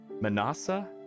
Manasseh